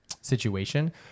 situation